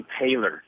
Taylor